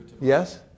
yes